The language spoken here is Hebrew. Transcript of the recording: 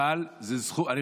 יעקב, אני לא אפריע לך.